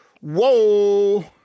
Whoa